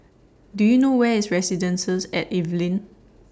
Do YOU know Where IS Residences At Evelyn